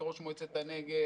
כראש מועצת הנגב,